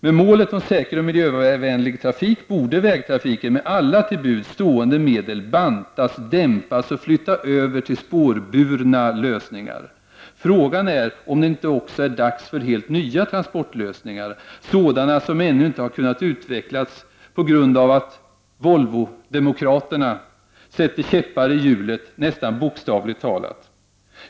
Med målet om säker och miljövänlig trafik borde vägtrafiken med alla till buds stående medel bantas, dämpas och flyttas över till spårburna lösningar. Frågan är om det inte också är dags för helt nya transportlösningar, sådana som ännu inte har kunnat utvecklas på grund av att ”volvodemokraterna” sätter käppar i hjulet, nästan bokstavligt talat.